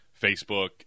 Facebook